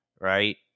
right